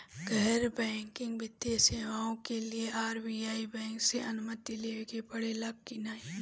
गैर बैंकिंग वित्तीय सेवाएं के लिए आर.बी.आई बैंक से अनुमती लेवे के पड़े ला की नाहीं?